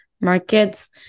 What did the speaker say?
markets